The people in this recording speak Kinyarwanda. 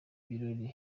birori